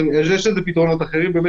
יש לזה פתרונות אחרים.